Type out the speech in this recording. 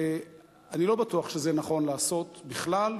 אני לא בטוח שזה נכון לעשות בכלל,